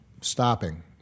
stopping